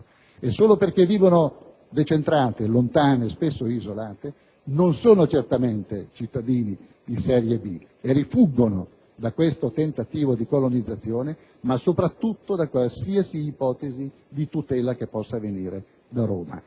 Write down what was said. Solo perché sono decentrati, lontani e spesso isolati, non sono certamente cittadini di serie B e rifuggono da questo tentativo di colonizzazione ma, soprattutto, da qualsiasi ipotesi di tutela che possa provenire da Roma.